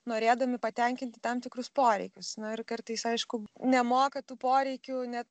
norėdami patenkinti tam tikrus poreikius na ir kartais aišku nemoka tų poreikių net